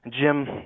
Jim